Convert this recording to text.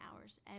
hours